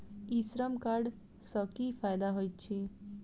ई Shram card सँ की फायदा होइत अछि?